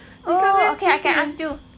ask you something really sensitive